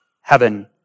heaven